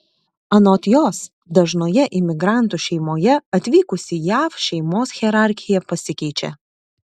anot jos dažnoje imigrantų šeimoje atvykus į jav šeimos hierarchija pasikeičia